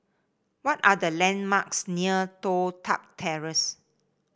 what are the landmarks near Toh Tuck Terrace